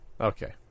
Okay